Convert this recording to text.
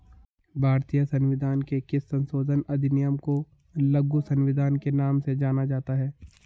भारतीय संविधान के किस संशोधन अधिनियम को लघु संविधान के नाम से जाना जाता है?